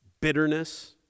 bitterness